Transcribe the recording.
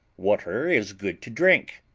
water is good to drink,